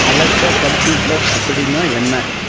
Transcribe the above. Alexa computer அப்படின்னா என்ன